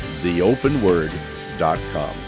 Theopenword.com